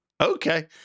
Okay